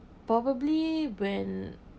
probably when